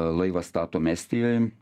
laivą statom estijoj